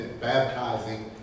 baptizing